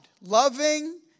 loving